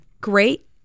Great